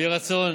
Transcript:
ויהי רצון